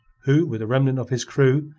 who, with a remnant of his crew,